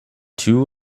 two